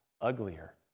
uglier